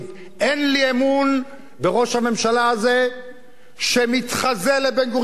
אין לי אמון בראש הממשלה הזה שמתחזה לבן-גוריון,